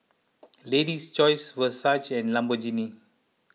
Lady's Choice Versace and Lamborghini